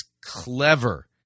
clever